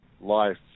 life